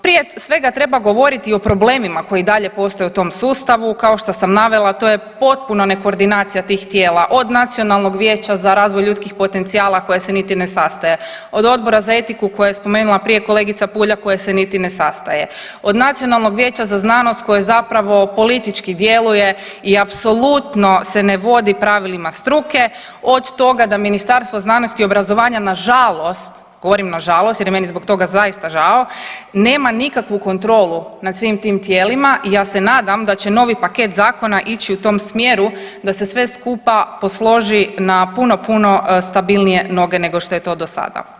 Prije svega treba govoriti o problemima koji i dalje postoje u tom sustavu, kao što sam navela to je potpuna ne koordinacija tih tijela od Nacionalnog vijeća za razvoj ljudskih potencijala koje se niti ne sastaje, od Odbora za etiku kojeg je spomenula prije kolegica Puljak koje se niti ne sastaje, od Nacionalnog vijeća za znanost koje zapravo politički djeluje i apsolutno se ne vodi pravilima struke od toga da Ministarstvo znanosti i obrazovanja nažalost, govorim nažalost jer je meni zbog toga zaista žao, nema nikakvu kontrolu nad svim tim tijelima i ja se nadam da će novi paket zakona ići u tom smjeru da se sve skupa posloži na puno, puno stabilnije noge nego što je to do sada.